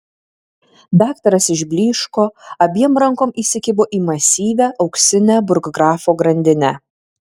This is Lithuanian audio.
daktaras išblyško abiem rankom įsikibo į masyvią auksinę burggrafo grandinę